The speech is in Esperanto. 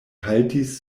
haltis